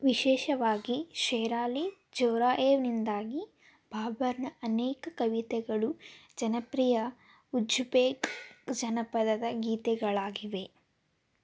ವಿಶೇಷವಾಗಿ ಶೇರಾಲಿ ಜೋರಾಯೇವ್ನಿಂದಾಗಿ ಬಾಬರ್ನ ಅನೇಕ ಕವಿತೆಗಳು ಜನಪ್ರಿಯ ಉಜ್ಬೇಕ್ ಜನಪದದ ಗೀತೆಗಳಾಗಿವೆ